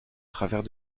travers